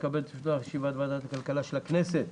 אני מתכבד לפתוח את ישיבת ועדת הכלכלה של הכנסת.